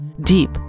deep